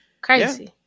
Crazy